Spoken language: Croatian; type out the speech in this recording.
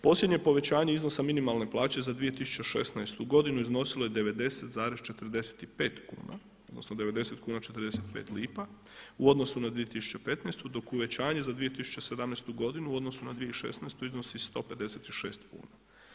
Posljednje povećanje iznosa minimalne plaće za 2016. godinu iznosilo je 90,45kuna, odnosno 90 kuna, 45 lipa u odnosu na 2015. dok uvećanje za 2017. godinu u odnosu na 2016. iznosi 156 kuna.